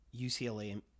UCLA